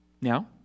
Now